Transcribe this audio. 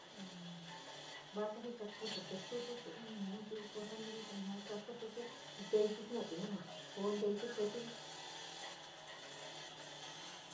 Í va kaijikakutí te stututí in naun ntí cosa loli te yua kastutott lelitt jenouttt te no moo kooteití keetívi.